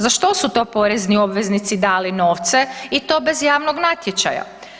Za što su to porezni obveznici dali novce i to bez javno natječaja?